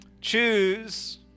choose